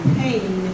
pain